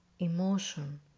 Emotion